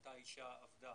אותה אישה עבדה.